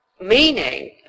meaning